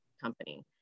company